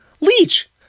Leech